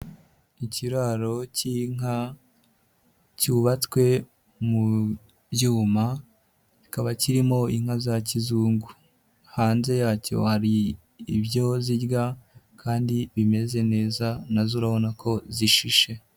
Ikiraro cy'inka cyubatswe mu byuma, kikaba kirimo inka za kizungu. Hanze yacyo, hari ibyo zirya kandi bimeze neza na zo urabona ko zishishe.